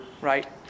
Right